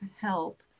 help